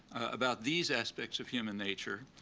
about these aspects of human nature,